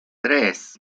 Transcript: tres